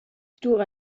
stoer